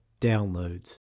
downloads